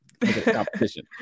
competition